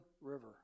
River